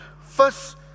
First